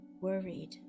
worried